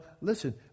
listen